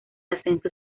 ascenso